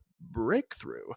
breakthrough